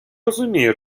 розуміє